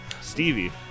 Stevie